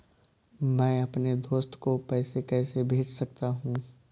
मैं अपने दोस्त को पैसे कैसे भेज सकता हूँ?